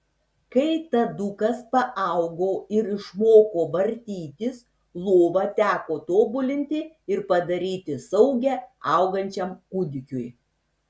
kai tadukas paaugo ir išmoko vartytis lovą teko tobulinti ir padaryti saugią augančiam kūdikiui